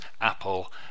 Apple